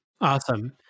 Awesome